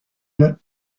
yet